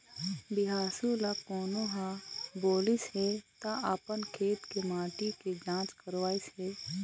बिसाहू ल कोनो ह बोलिस हे त अपन खेत के माटी के जाँच करवइस हे